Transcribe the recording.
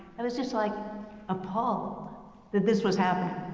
and was just like appalled that this was happening.